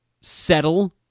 settle